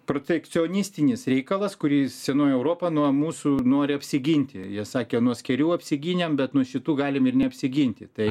protekcionistinis reikalas kurį senoji europa nuo mūsų nori apsiginti jie sakė nuo skėrių apsigynėm bet nuo šitų galim ir neapsiginti tai